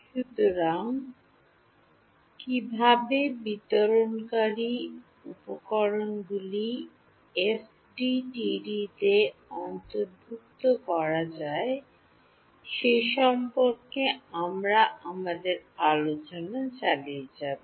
সুতরাং কীভাবে বিতরণকারী উপকরণগুলি এফডিটিডিতে অন্তর্ভুক্ত করা যায় সে সম্পর্কে আমরা আমাদের আলোচনা চালিয়ে যাব